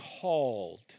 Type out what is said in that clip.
called